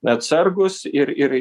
atsargūs ir ir